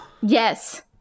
Yes